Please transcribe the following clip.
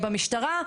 במשטרה.